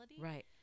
right